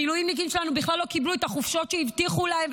המילואימניקים שלנו בכלל לא קיבלו את החופשות שהבטיחו להם,